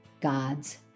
God's